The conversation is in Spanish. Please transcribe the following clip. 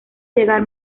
llegar